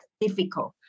difficult